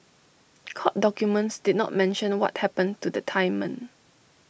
court documents did not mention what happened to the Thai men